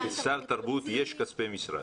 בסל תרבות יש כספי משרד.